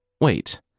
Wait